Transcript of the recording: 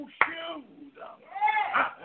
shoes